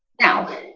Now